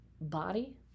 body